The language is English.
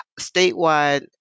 Statewide